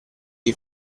che